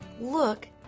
Look